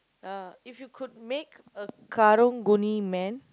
uh if you could make a Karang-Guni man